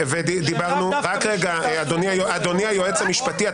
שהם לאו דווקא בשליטה של --- רק רגע אדוני היועץ המשפטי,